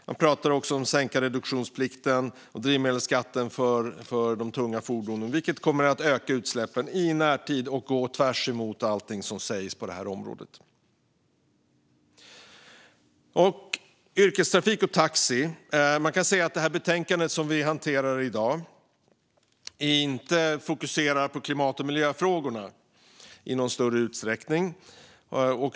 Man pratar också om att sänka reduktionsplikten och drivmedelsskatten för de tunga fordonen, vilket kommer att öka utsläppen i närtid och går på tvärs med allting som sägs på det här området. Man kan säga att betänkandet om yrkestrafik och taxi som vi hanterar i dag inte fokuserar på klimat och miljöfrågorna i någon större utsträckning.